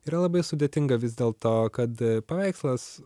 yra labai sudėtinga vis dėlto kad paveikslas